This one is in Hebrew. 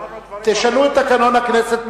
תשנו את תקנון הכנסת,